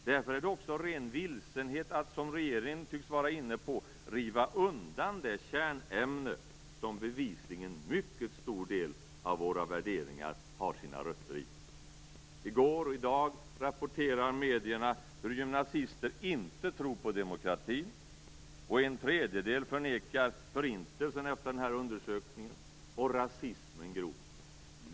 Därför är det också ren vilsenhet att, som regeringen nu tycks vara inne på, riva undan det kärnämne som bevisligen mycket stor del av våra värderingar har sina rötter i. I går och i dag rapporterar medierna om att gymnasister inte tror på demokrati. En tredjedel förnekar enligt undersökningen förintelsen och rasismen gror.